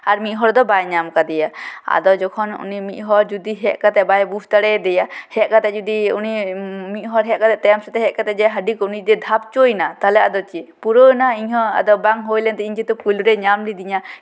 ᱟᱨ ᱢᱤᱫ ᱦᱚᱲ ᱫᱚ ᱵᱟᱭ ᱧᱟᱢ ᱠᱟᱫᱮᱭᱟ ᱟᱫᱚ ᱡᱚᱠᱷᱚᱱ ᱩᱱᱤ ᱢᱤᱫ ᱡᱩᱫᱤ ᱦᱮᱡ ᱠᱟᱛᱮ ᱵᱟᱭ ᱵᱩᱡᱽ ᱫᱟᱲᱮᱭᱟᱫᱮᱭᱟ ᱩᱱᱤ ᱢᱤᱫ ᱦᱚᱲ ᱛᱟᱭᱚᱢ ᱥᱮᱫᱛᱮ ᱦᱮᱡ ᱠᱟᱛᱮ ᱡᱩᱫᱤ ᱩᱱᱤ ᱡᱟᱦᱟᱸᱭ ᱦᱟᱹᱰᱤ ᱠᱚᱜ ᱩᱱᱤ ᱡᱩᱫᱤᱭ ᱫᱷᱟᱯ ᱦᱚᱪᱚᱭᱼᱱᱟ ᱛᱟᱦᱞᱮ ᱟᱫᱚ ᱪᱮᱫ ᱯᱩᱨᱟᱹᱣᱱᱟ ᱤᱧ ᱦᱚᱸ ᱵᱟᱝ ᱦᱩᱭ ᱞᱮᱱ ᱛᱤᱧᱟᱹ ᱤᱧ ᱡᱮᱦᱮᱛᱩ ᱯᱳᱭᱞᱳ ᱨᱮᱭ ᱧᱟᱢ ᱞᱤᱫᱤᱧᱟ